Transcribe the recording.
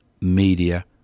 media